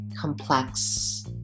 complex